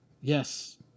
Yes